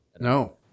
No